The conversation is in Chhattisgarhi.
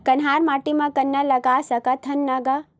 कन्हार माटी म गन्ना लगय सकथ न का?